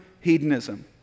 hedonism